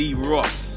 D-Ross